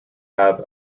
have